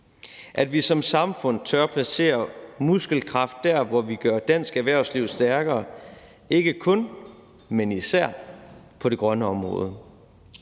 at vi som samfund tør placere muskelkraft der, hvor vi gør dansk erhvervsliv stærkere – ikke kun, men især på det grønne område.